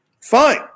Fine